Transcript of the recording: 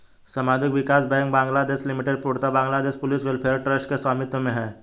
सामुदायिक विकास bank Bangladesh limited पूर्णतः बांग्लादेश पुलिस वेलफेयर ट्रस्ट के स्वामित्व में है